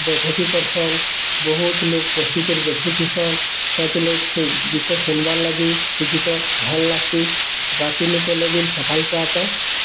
ବୈଠକି କର୍ସନ୍ ବହୁତ୍ ଲୋକ୍ ବସିକରି ଦେଖୁଥିସନ୍ କାଏଁଥିର୍ ଲାଗି ସେ ଗୀତ ସୁନ୍ବାର୍ଲାଗି ସେ ଗୀତ ଭଲ୍ଲାଗ୍ସି ରାତିନୁ କଲେ ବି ସକାଲ୍ପୁଆ ତକ୍